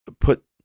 put